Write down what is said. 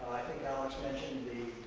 i think alex mentioned